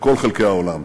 לכל חלקי העולם.